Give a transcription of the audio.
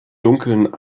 dunkeln